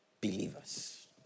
believers